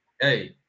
hey